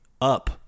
up